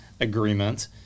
agreement